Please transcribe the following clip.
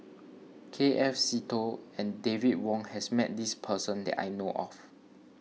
K F Seetoh and David Wong has met this person that I know of